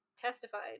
testified